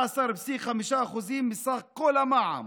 11.5% מסך כל המע"מ,